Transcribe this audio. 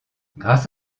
grâce